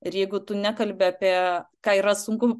ir jeigu tu nekalbi apie ką yra sunku